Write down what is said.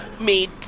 made